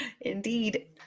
indeed